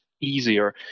easier